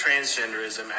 transgenderism